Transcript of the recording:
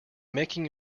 making